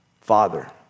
Father